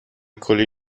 کلی